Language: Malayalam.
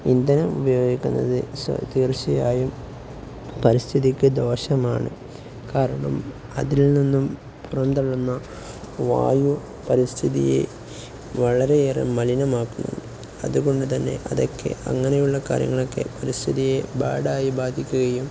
ഇന്ധനം ഉപയോഗിക്കുന്നതു തീർച്ചയായും പരിസ്ഥിതിക്കു ദോഷമാണ് കാരണം അതിൽ നിന്നും പുറന്തള്ളുന്ന വായു പരിസ്ഥിതിയെ വളരെയേറെ മലിനമാക്കുന്നു അതുകൊണ്ടുതന്നെ അതൊക്കെ അങ്ങനെയുള്ള കാര്യങ്ങളൊക്കെ പരിസ്ഥിതിയെ ബാഡായി ബാധിക്കുകയും